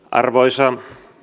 arvoisa